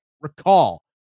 recall